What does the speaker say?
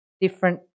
different